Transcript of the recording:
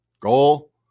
Goal